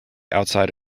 outside